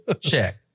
check